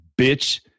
bitch